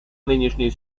нынешнюю